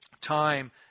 time